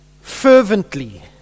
fervently